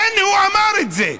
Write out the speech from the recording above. הינה, הוא אמר את זה.